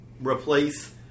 replace